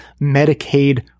Medicaid